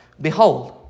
Behold